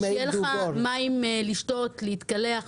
מים לשתות ולהתקלח,